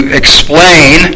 explain